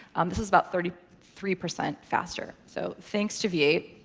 this is about thirty three percent faster. so thanks to v eight.